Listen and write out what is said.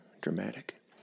dramatic